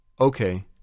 Okay